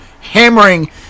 Hammering